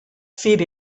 feed